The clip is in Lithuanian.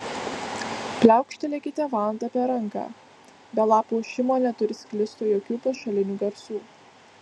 pliaukštelėkite vanta per ranką be lapų ošimo neturi sklisto jokių pašalinių garsų